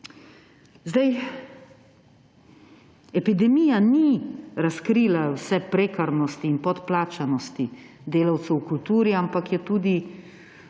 Epidemija ni le razkrila vse prekarnosti in podplačanosti delavcev v kulturi, ampak je